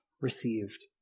received